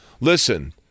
Listen